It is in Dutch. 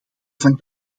van